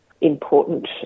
important